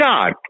God